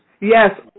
Yes